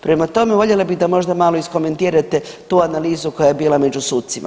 Prema tome, voljela bi da možda malo iskomentirate tu analizu koja je bila među sucima.